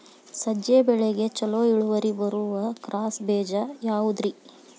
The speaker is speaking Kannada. ಸಜ್ಜೆ ಬೆಳೆಗೆ ಛಲೋ ಇಳುವರಿ ಬರುವ ಕ್ರಾಸ್ ಬೇಜ ಯಾವುದ್ರಿ?